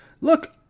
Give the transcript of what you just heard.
look